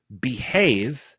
behave